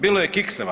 Bilo je kikseva.